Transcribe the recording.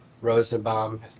Rosenbaum